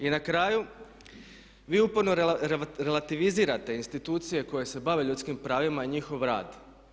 I na kraju, vi uporno relativizirate institucije koje se bave ljudskih pravima i njihov rad.